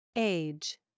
Age